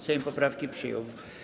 Sejm poprawki przyjął.